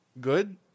good